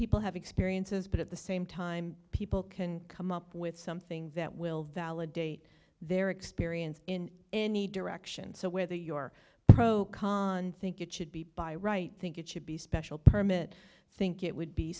people have experiences but at the same time people can come up with something that will validate their experience in any direction so whether your pro con think it should be by right think it should be special permit think it would be